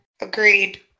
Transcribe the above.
agreed